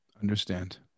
Understand